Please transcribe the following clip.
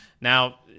Now